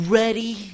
ready